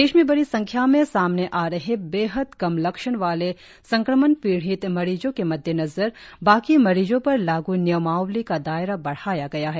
देश में बड़ी संख्या में सामने आ रहे बेहद कम लक्षण वाले संक्रमण पीड़ित मरीजों के मद्देनज़र बाकी मरीजों पर लागू नियमावली का दायरा बढ़ाया गया है